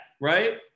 right